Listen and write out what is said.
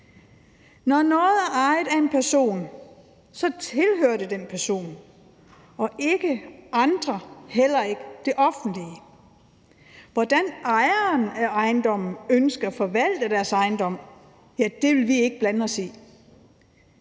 Når noget er ejet af en person, tilhører det den person og ikke andre, heller ikke det offentlige. Hvordan ejeren af ejendommen ønsker at forvalte sin ejendom, vil vi ikke blande os i.